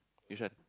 which one